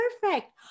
perfect